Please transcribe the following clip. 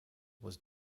was